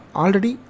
already